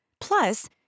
Plus